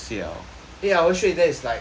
eight hours straight that's like